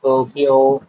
Tokyo